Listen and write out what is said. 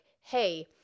Hey